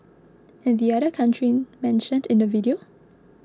and the other country mentioned in the video